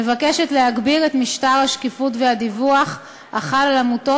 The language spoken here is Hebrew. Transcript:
מבקשת להגביר את משטר השקיפות והדיווח החל על עמותות